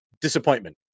disappointment